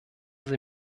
sie